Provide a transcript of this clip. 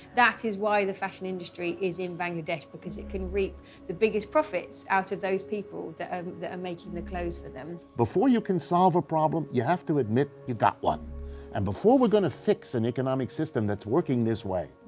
that is why the fashion industry is in bangladesh because it can reap the biggest profits out of those people that um are um making the clothes for them. before you can solve a problem, you have to admit you got one and before we're gonna fix an economic system that's working this way,